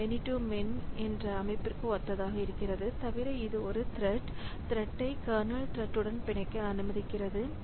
இது many to many என்ற அமைப்பிற்கு ஒத்ததாக இருக்கிறது தவிர இது ஒரு த்ரெட் த்ரெட்டை கர்னல் த்ரெட் உடன் பிணைக்க அனுமதிக்கிறது